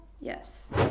Yes